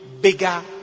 bigger